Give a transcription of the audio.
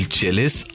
jealous